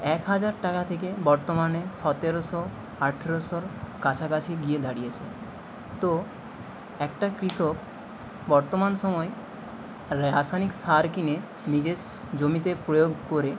এক হাজার টাকা থেকে বর্তমানে সতেরোশো আঠারোশোর কাছাকাছি গিয়ে দাঁড়িয়েছে তো একটা কৃষক বর্তমান সময় রাসায়নিক সার কিনে নিজের জমিতে প্রয়োগ করে